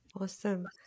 Awesome